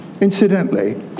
Incidentally